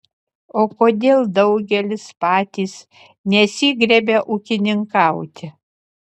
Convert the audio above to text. o kodėl daugelis patys nesigriebia ūkininkauti